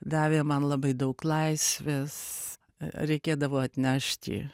davė man labai daug laisvės reikėdavo atnešti